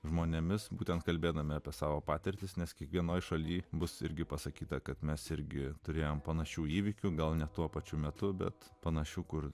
žmonėmis būtent kalbėdami apie savo patirtis nes kiekvienoje šalyje bus irgi pasakyta kad mes irgi turėjome panašių įvykių gal ne tuo pačiu metu bet panašių kur